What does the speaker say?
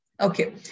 okay